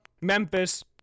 Memphis